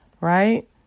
Right